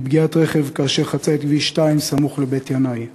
מפגיעת רכב כאשר חצה את כביש 2 סמוך לבית-ינאי.